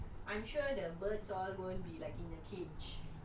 um because it's a farm right so